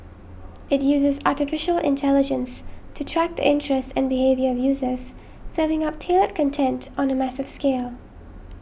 it uses Artificial Intelligence to track the interests and behaviour of users serving up tailored content on a massive scale